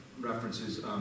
references